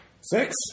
Six